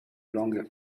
longer